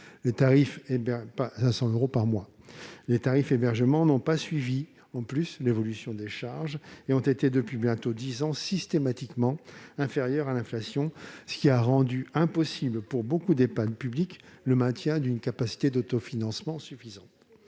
les tarifs d'hébergement n'ont pas suivi l'évolution des charges et leur augmentation est, depuis bientôt dix ans, systématiquement inférieure à l'inflation, ce qui a rendu impossible pour beaucoup d'Ehpad publics le maintien d'une capacité d'autofinancement suffisante.